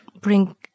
bring